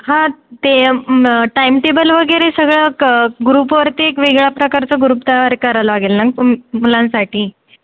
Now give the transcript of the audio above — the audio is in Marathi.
हा ते म टाइम टेबल वगैरे सगळं क ग्रुपवरती एक वेगळ्या प्रकारचा ग्रुप तयार करावला लागेल ना मुलांसाठी